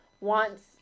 wants